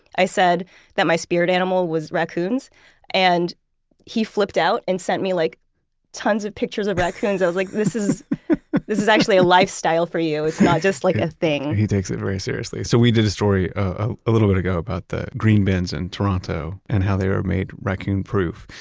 i said that my spirit animal was raccoons and he flipped out and sent me like tons of pictures of raccoons. i was like, this is this is actually a lifestyle for you. it's not just like a thing he takes it very seriously. so we did a story a a little bit ago about the green bins in and toronto and how they were made raccoon-proof.